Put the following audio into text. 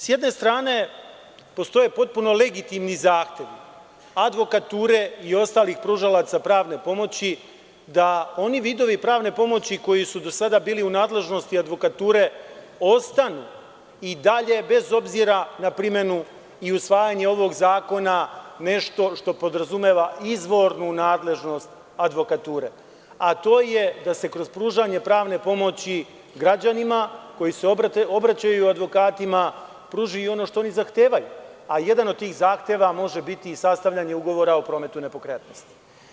Sa jedne strane postoje potpuno legitimni zahtevi advokature i ostalih pružalaca pravne pomoći da oni vidovi pravne pomoći koji su do sada bili u nadležnosti advokature ostanu i dalje, bez obzira na primenu i usvajanje ovog zakona, nešto što podrazumeva izvornu nadležnost advokature, a to je da se kroz pružanje pravne pomoći građanima, koji se obraćaju advokatima, pruži ono što oni zahtevaju, a jedan od tih zahteva može biti i sastavljanje ugovora o prometu nepokretnosti.